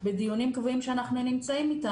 בדיונים קבועים שאנחנו נמצאים איתנו.